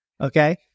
Okay